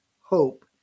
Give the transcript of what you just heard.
hope